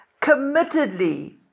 committedly